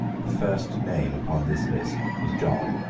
the first name upon this list was john,